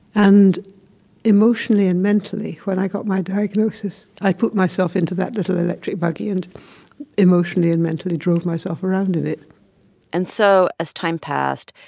and emotionally and mentally, when i got my diagnosis, i put myself into that little electric buggy and emotionally and mentally drove myself around in it and so as time passed,